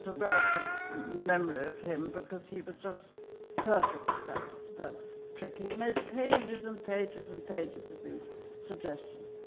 so real sort of memory of him, because he was just perfect at that that trick. he made pages and pages and pages of these suggestions.